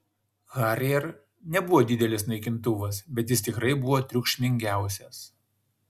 harrier nebuvo didelis naikintuvas bet jis tikrai buvo triukšmingiausias